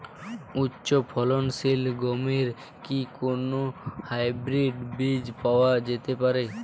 উচ্চ ফলনশীল গমের কি কোন হাইব্রীড বীজ পাওয়া যেতে পারে?